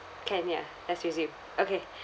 can ya let's resume okay